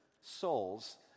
souls